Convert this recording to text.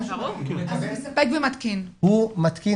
הוא מתקין.